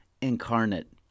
incarnate